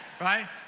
Right